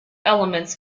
elements